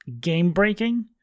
game-breaking